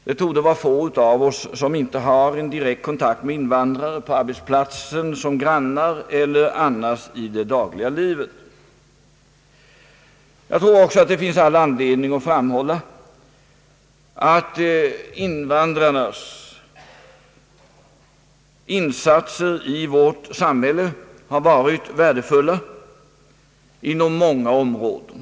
Det torde vara få av oss som inte har en direkt kontakt med invandrare, på arbetsplatsen, som grannar eller annars i det dagliga livet. Jag tror också det finns anledning framhålla att invandrarnas insatser i vårt samhälle har varit värdefulla på många områden.